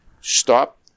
stop